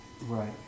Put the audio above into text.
right